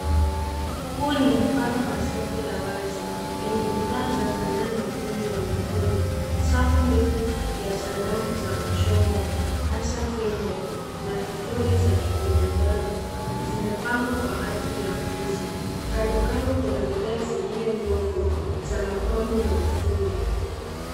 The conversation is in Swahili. Huu ni mfano wa soko la wazi, lenye bidhaa za sanaa na ufundi wa mikono, safu ndefu ya sanamu za kuchongwa ,hasa tembo na viguri za kibinadamu ,zimepangwa kwa ajili ya kuuza. Kando kando kuna bidhaa zingine ndogo, za mapambo na ufundi.